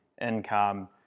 income